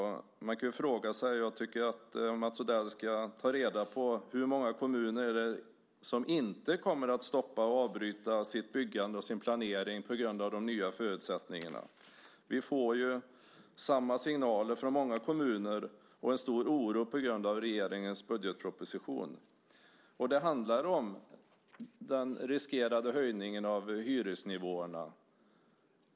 Jag tycker att Mats Odell ska ta reda på hur många kommuner som inte kommer att stoppa och avbryta sitt byggande och sin planering på grund av de nya förutsättningarna. Vi får samma signaler från många kommuner och en stor oro på grund av regeringens budgetproposition. Det handlar om att det finns risk för en höjning av hyresnivåerna.